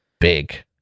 Big